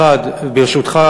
1. ברשותך,